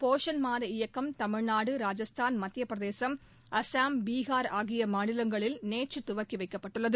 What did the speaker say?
போஷன் மாத இயக்கம் தமிழ்நாடு ராஜஸ்தான் மத்தியப்பிரதேசம் அசாம் பீகார் ஆகிய மாநிலங்களில் நேற்று துவக்கி வைக்கப்பட்டுள்ளது